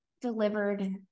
delivered